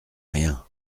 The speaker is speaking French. rien